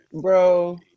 Bro